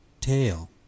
tail